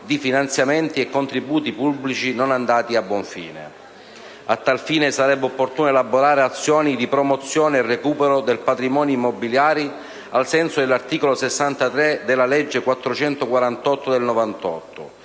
di finanziamenti e contributi pubblici non andati a buon fine. A tal fine sarebbe opportuno elaborare azioni di promozione e recupero del patrimonio immobiliare ai sensi dell'articolo 63 della legge n. 448 del 1998